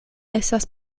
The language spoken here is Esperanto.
estas